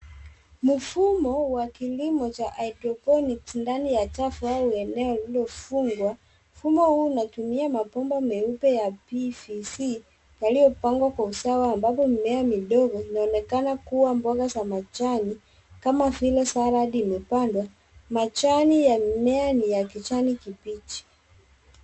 Mfumo cha kilimo cha hydroponic ndani ya chafu au eneo lililofungwa. Mfumo huu unatumia mapomba meupe ya PVC yaliopangwa kwa usawa ambapo mimea midogo inaonekana kuwa mboga za majani kama vile Salad imepandwa. Majani ya mimea ni ya kijani kibichi.